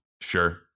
Sure